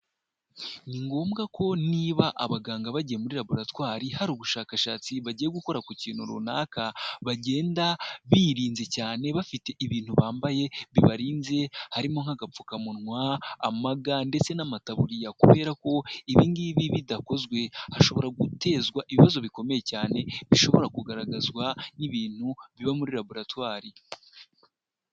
Ni ngombwa ko niba abaganga bagiye muri raboratwari hari ubushakashatsi bagiye gukora ku kintu runaka, bagenda birinze cyane, bafite ibintu bambaye bibarinze, harimo nk'agapfukamunwa, amaga ndetse n'amataburiya, kubera ko ibingiibi bidakozwe hashobora gutezwa ibibazo bikomeye cyane, bishobora kugaragazwa n'ibintu biba muri raboratwari.